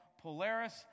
polaris